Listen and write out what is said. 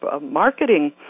marketing